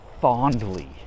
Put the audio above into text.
fondly